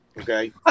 Okay